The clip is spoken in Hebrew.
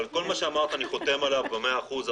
כל מה שאמרת אני חותם עליו במאה אחוז,